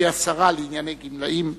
שהיא השרה לענייני גמלאים,